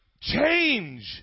change